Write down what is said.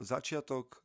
Začiatok